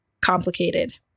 complicated